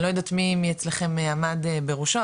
אני לא יודעת מי מאצלכם עמד בראשו,